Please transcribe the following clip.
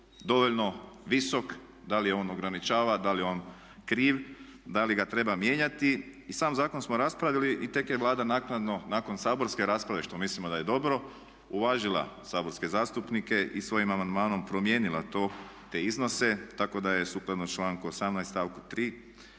dovoljno visok, da li on ograničava, da li je on kriv, da li ga treba mijenjati. I sam zakon smo raspravili i tek je Vlada naknadno nakon saborske rasprave što mislimo da je dobro uvažila saborske zastupnike i svojim amandmanom promijenila to, te iznose tako da je sukladno članku 18. stavku 3.